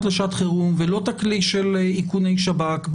לשעת חירום ולא את הכלי של איכוני שב"כ,